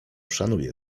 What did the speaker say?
szanuje